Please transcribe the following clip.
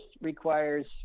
requires